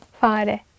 Fare